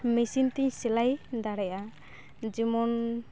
machine ᱛᱮᱧ ᱥᱮᱞᱟᱭ ᱫᱟᱲᱮᱭᱟᱜᱼᱟ ᱡᱮᱢᱚᱱ